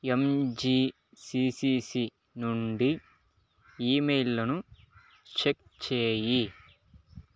MGCCC నుండి ఈమెయిల్లను check చేయి